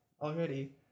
already